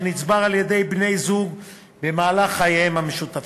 שנצבר על-ידי בני-זוג במהלך חייהם המשותפים,